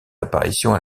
apparitions